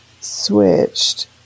switched